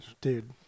Dude